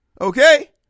Okay